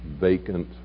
vacant